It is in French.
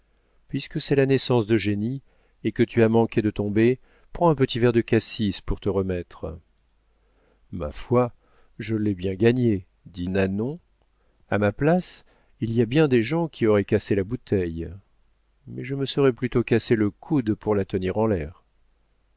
puisque c'est la naissance d'eugénie et que tu as manqué de tomber prends un petit verre de cassis pour te remettre ma foi je l'ai bien gagné dit nanon a ma place il y a bien des gens qui auraient cassé la bouteille mais je me serais plutôt cassé le coude pour la tenir en l'air